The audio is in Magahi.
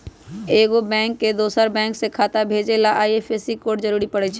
एगो बैंक से दोसर बैंक मे पैसा भेजे ला आई.एफ.एस.सी कोड जरूरी परई छई